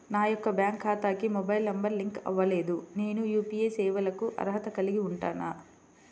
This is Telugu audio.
నా యొక్క బ్యాంక్ ఖాతాకి మొబైల్ నంబర్ లింక్ అవ్వలేదు నేను యూ.పీ.ఐ సేవలకు అర్హత కలిగి ఉంటానా?